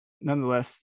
nonetheless